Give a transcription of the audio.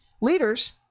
leaders